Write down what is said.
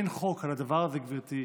אין חוק על הדבר הזה, גברתי,